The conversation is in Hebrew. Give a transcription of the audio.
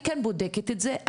אני כן בודקת את זה,